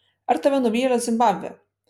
ar tave nuvylė zimbabvė